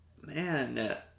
man